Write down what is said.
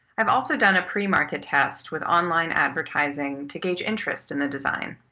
i've also done a pre-market test with online advertising to gauge interest in the design.